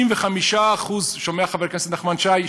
65% שומע, חבר הכנסת נחמן שי?